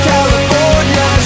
California